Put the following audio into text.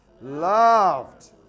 loved